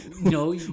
no